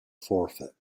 forfeit